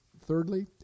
thirdly